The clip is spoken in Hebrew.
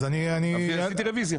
ביקשתי רביזיה.